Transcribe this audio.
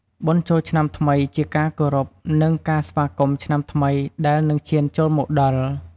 បុណ្យចូលឆ្នាំថ្មីជាការគោរព និងការស្វាគមន៏ឆ្នាំថ្មីដែលនិងឈានចូលមកដល់។